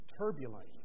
turbulent